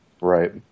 Right